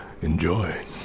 enjoy